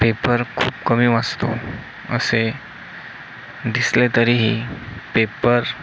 paper खूप कमी वाचतो असे दिसले तरीही पेपर